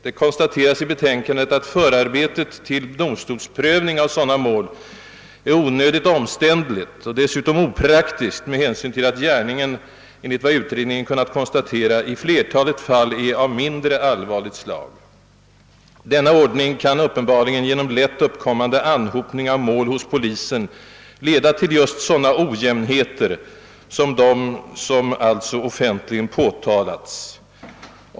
Det konstateras i betänkandet att förarbetet till domstolsprövning av sådana mål är onödigt omständligt och «dessutom opraktiskt med hänsyn till att gärningen enligt vad utredningen kunnat konstatera i flertalet fall är av mindre allvarligt slag. Denna ordning kan uppenbarligen genom lätt uppkommande anhopning av mål hos polisen leda till just sådana ojämnheter som dem som alltså offentligen påtalats.